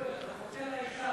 אתה חוטא לעיקר.